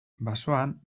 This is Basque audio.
basoan